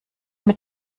mit